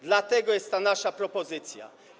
Dlatego jest ta nasza propozycja.